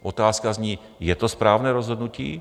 Otázka zní je to správné rozhodnutí?